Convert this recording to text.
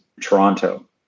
Toronto